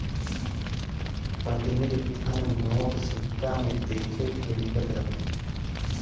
प्रतिनिधि धन नोट, सिक्का में देखे के मिलत रहे